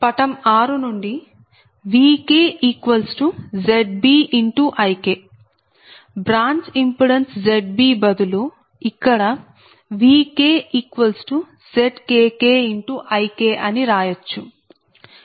పటం 6 నుండి VkZbIk branch impedance Zb బదులు ఇక్కడ VkZkkIk అని రాయచ్చు